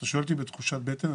אתה שואל אותי בתחושת בטן?